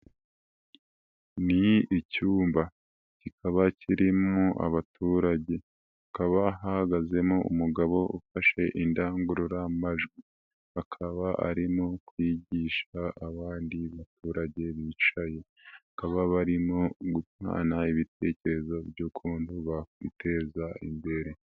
Ni icyumba, kikaba kirimo abaturagekaba, hakaba hahagazemo umugabo ufashe indangururamajwi, akaba arimo kwigisha abandi baturage bicaye, bakaba barimo guhana ibitekerezo by'ukuntu bakwiteza imbere.